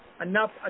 Enough